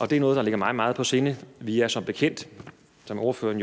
Det er noget, der ligger mig meget på sinde. Vi er jo, som ordføreren